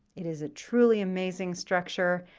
it is a truly amazing structure,